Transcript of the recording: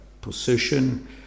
position